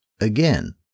again